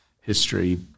history